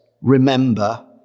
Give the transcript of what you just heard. remember